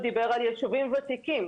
הוא דיבר על יישובים ותיקים.